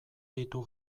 ditu